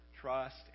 trust